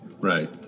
right